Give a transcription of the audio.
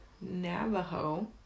Navajo